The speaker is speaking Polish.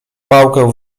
pałkę